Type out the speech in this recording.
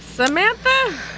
Samantha